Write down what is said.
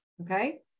Okay